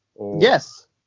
Yes